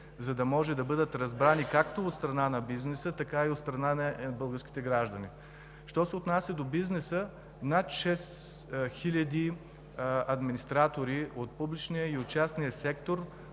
за да може да бъдат разбрани както от страна на бизнеса, така и от страна на българските граждани. Що се отнася до бизнеса, над 6000 администратори от публичния и от частния сектор